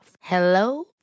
Hello